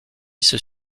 ceux